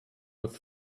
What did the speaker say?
with